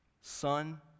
son